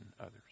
others